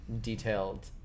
detailed